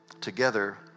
Together